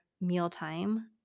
mealtime